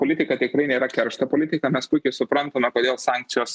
politika tikrai nėra keršto politika mes puikiai suprantame kodėl sankcijos